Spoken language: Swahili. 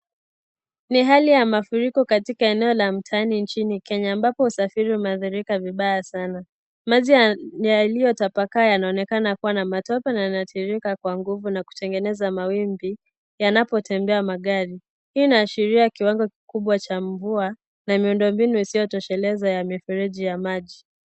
Ni hali ya mafuriko katika eneo la Mtani nchini Kenya ambapo usafiri umeathirika vibaya sana. Maji yaliyotapakaa yanaonekana kuwa na matope na yanatiririka kwa nguvu na kutengeneza mawimbi yanapotembea magari. Hii inaashiria kiwango kikubwa cha mvua na miundombinu isiyotosheleza ya mifereji ya maji.